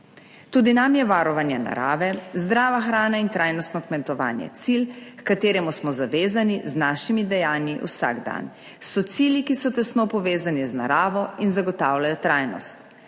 Tudi nam je varovanje narave, zdrava hrana in trajnostno kmetovanje cilj, h kateremu smo zavezani z našimi dejanji vsak dan. So cilji, ki so tesno povezani z naravo in zagotavljajo trajnost.